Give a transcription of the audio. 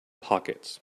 pockets